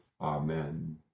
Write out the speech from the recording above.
Amen